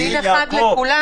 דין אחד לכולם.